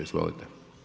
Izvolite.